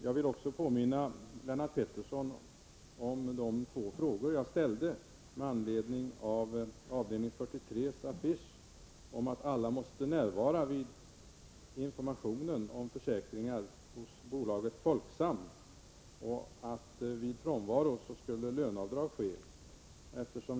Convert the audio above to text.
Jag vill också påminna Lennart Pettersson om de två frågor jag ställde med anledning av avdelning 43:s affisch om att alla måste närvara vid informationen om försäkringar hos bolaget Folksam och att vid frånvaro löneavdrag skulle ske.